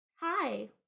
Hi